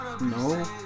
No